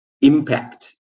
impact